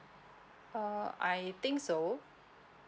uh I think so